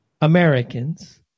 Americans